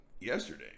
Yesterday